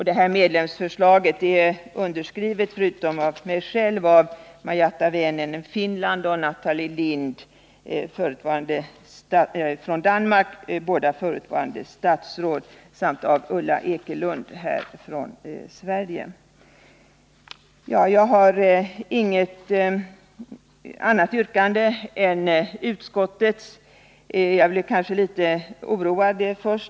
Detta medlemsförslag är undertecknat — förutom av mig själv — av Marjatta Väänänen från Finland och Nathalie Lind från Danmark, båda förutvarande statsråd, samt Ulla Ekelund från Sverige. Jag har inget annat yrkande än utskottets.